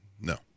no